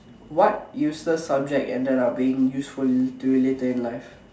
what useless subject ended up being useful to related in life